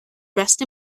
dressed